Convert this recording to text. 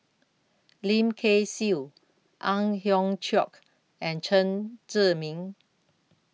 Lim Kay Siu Ang Hiong Chiok and Chen Zhiming